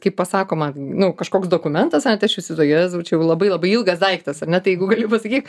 kaip pasakoma nu kažkoks dokumentas ane tai aš įsivaizduoju jėzau čia jau labai labai ilgas daiktas ar ne tai jeigu gali pasakyk